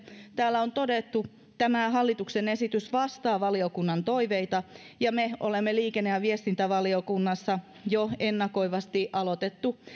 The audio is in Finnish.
täällä on todettu tämä hallituksen esitys vastaa valiokunnan toiveita ja me olemme liikenne ja viestintävaliokunnassa jo ennakoivasti aloittaneet